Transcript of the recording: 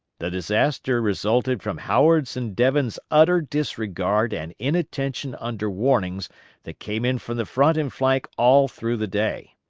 the disaster resulted from howard's and devens' utter disregard and inattention under warnings that came in from the front and flank all through the day.